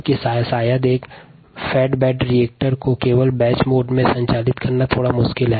जबकि fed bed reactor को केवल एक बैच मोड प्रणाली में संचालित करना थोड़ा मुश्किल है